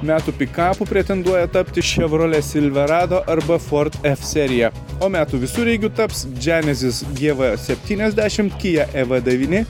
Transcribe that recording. metų pikapu pretenduoja tapti ševrolė silverado arba ford f serija o metų visureigiu taps dženesis gv septyniasdešimt kia ev devyni